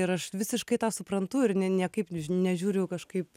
ir aš visiškai tą suprantu ir ne niekaip nežiūriu kažkaip